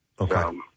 Okay